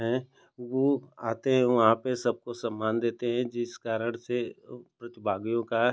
हैं वह आते हैं वहाँ पर सबको सम्मान देते हें जिस कारण से प्रतिभागियों का